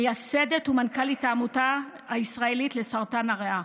מייסדת ומנכ"לית העמותה הישראלית לסרטן הריאה,